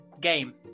game